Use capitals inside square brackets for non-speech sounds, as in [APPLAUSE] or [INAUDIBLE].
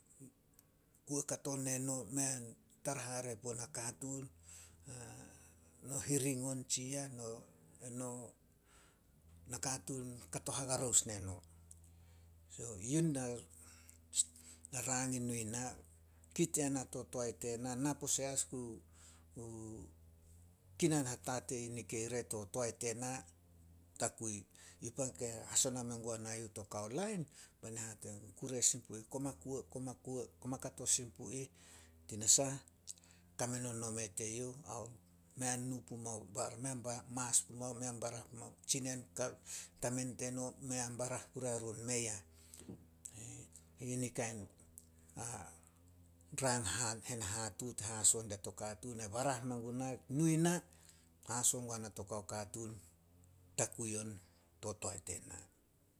Kuo kato ne no mei a tara hare puo nakatuun, [HESITATION] no hiring on tsi yah, [UNINTELLIGIBLE] nakatuun kato hakarous ne no. So, [UNINTELLIGIBLE] [NOISE] na rang i nui na, kit yana to toae tena, na pose as ku [HESITATION] kinan hatatei nikei re to toae tena, takui. Yu pan ke hasona men guana youh to kao lain, be na hate gun, kure sin pu ih, koma kuo- koma kuo. Koma kato sin pu ih, tinasah kame nomo nome teyouh, [UNINTELLIGIBLE] mei a [UNINTELLIGIBLE] barah pumao. Tsinen, [UNINTELLIGIBLE] tamen teno, mei an barah puria run. Yini kain [HESITATION] rang [HESITATION] henahatuut haso dia to katuun. E barah men guna, nui na, haso guana to kao katuun, takui on to toae tena.